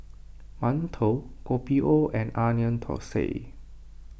Mantou Kopi O and Onion Thosai